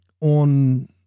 on